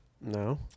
No